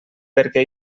perquè